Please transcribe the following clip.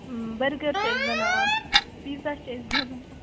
burger چھِ أسۍ بَناوان